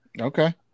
okay